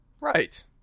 Right